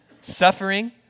suffering